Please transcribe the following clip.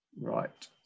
Right